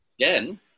Again